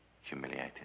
humiliated